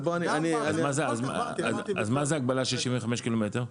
אז מה זה הגבלה של 75 קילומטר?